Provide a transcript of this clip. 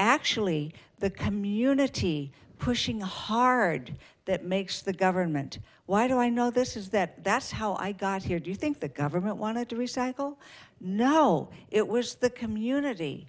actually the community pushing hard that makes the government why do i know this is that that's how i got here do you think the government wanted to recycle no it was the community